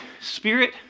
spirit